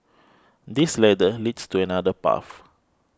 this ladder leads to another path